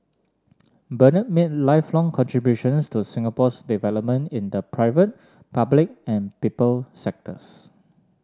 Bernard made lifelong contributions to Singapore's development in the private public and people sectors